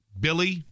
billy